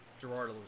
Gerard